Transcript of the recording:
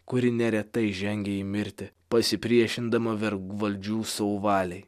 kuri neretai žengia į mirtį pasipriešindama vergvaldžių sauvaliai